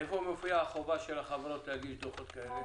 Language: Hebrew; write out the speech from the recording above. איפה מופיעה החובה של החברות להגיש דוחות כאלה?